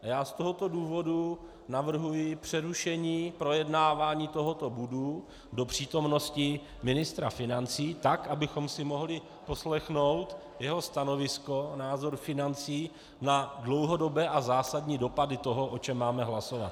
Z tohoto důvodu navrhuji přerušení projednávání tohoto bodu do přítomnosti ministra financí, tak abychom si mohli poslechnout jeho stanovisko, názor financí na dlouhodobé a zásadní dopady toho, o čem máme hlasovat.